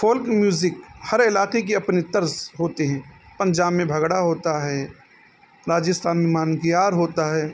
folk music ہر علاقے کی اپنے طرز ہوتے ہیں پنجاب میں بھنگڑا ہوتا ہے راجستھان میں مانکیار ہوتا ہے